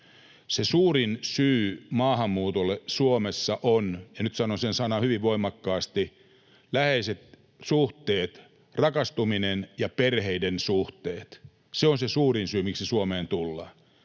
Se suurin syy maahanmuutolle Suomessa on — ja nyt sanon sen sanan hyvin voimakkaasti — läheiset suhteet, rakastuminen ja perheiden suhteet. Se on se suurin syy, miksi Suomeen tullaan,